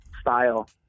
style